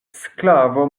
sklavo